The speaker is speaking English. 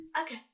okay